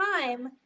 time